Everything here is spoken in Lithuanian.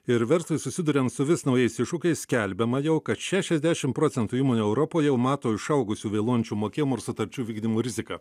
ir verslui susiduriant su vis naujais iššūkiais skelbiama jau kad šešiasdešim procentų įmonių europoj jau mato išaugusių vėluojančių mokėjimų ir sutarčių vykdymo riziką